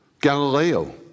Galileo